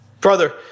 Brother